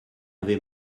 avait